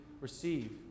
receive